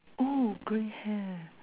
oh grey hair